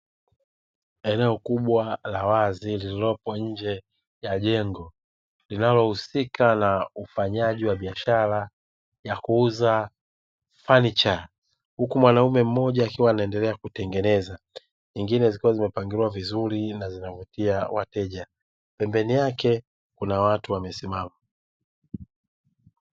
Eneo kubwa la wazi lililopo nje ya jengo linalohusika na ufanyaji wa biashara ya kuuza fanicha, huku mwanaume mmoja akiwa anaendelea kutengeneza, nyingine zikiwa zimepangiliwa vizuri na zinavutia wateja; pembeni yake kuna watu wamesimama.